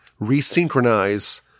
resynchronize